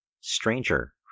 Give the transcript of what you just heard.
Stranger